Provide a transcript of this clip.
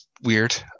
weird